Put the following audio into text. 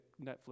Netflix